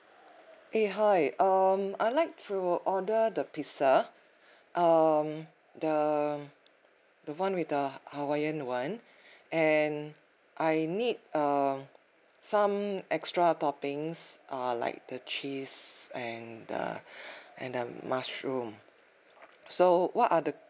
eh hi um I like to order the pizza um the the one with the ha~ hawaiian [one] and I need err some extra toppings uh like the cheese and the and um mushroom so what are the